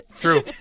True